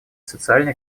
социально